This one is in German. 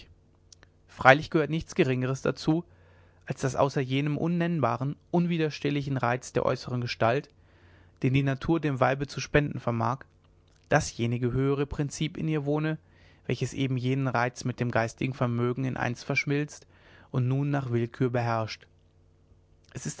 freilich gehört nichts geringeres dazu als daß außer jenem unnennbaren unwiderstehlichen reiz der äußern gestalt den die natur dem weibe zu spenden vermag dasjenige höhere prinzip in ihr wohne welches eben jenen reiz mit dem geistigen vermögen in eins verschmilzt und nun nach willkür beherrscht es ist